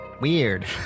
weird